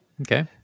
Okay